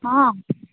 ହଁ